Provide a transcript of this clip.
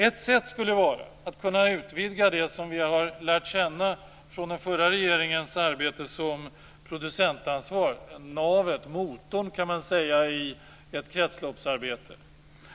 Ett sätt skulle vara att utvidga det som vi har lärt känna från den förra regeringens arbete som ett producentansvar, som navet, motorn, i ett kretsloppsarbete.